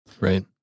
Right